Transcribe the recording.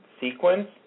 sequence